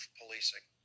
policing